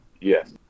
Yes